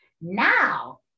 Now